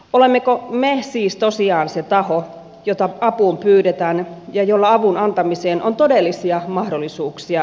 olemmeko me siis tosiaan se taho jota apuun pyydetään ja jolla avun antamiseen on todellisia mahdollisuuksia